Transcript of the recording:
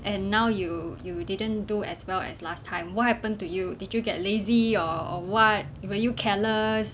and now you you didn't do as well as last time what happen to you did you get lazy or what were you careless